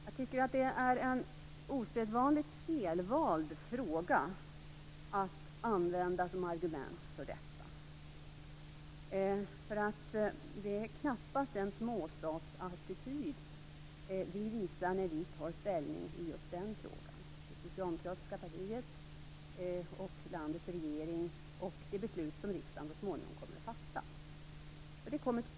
Jag tycker att det är en osedvanligt felvald fråga att använda som argument för detta. Det är knappast en småstadsattityd vi visar när vi tar ställning i just den här frågan. Det gäller det socialdemokratiska partiet, landets regering och det beslut som riksdagen så småningom kommer att fatta.